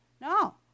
No